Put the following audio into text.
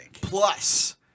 plus